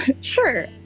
sure